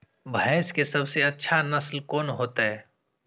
भैंस के सबसे अच्छा नस्ल कोन होते?